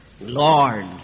Lord